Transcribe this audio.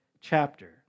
chapter